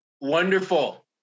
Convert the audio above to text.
Wonderful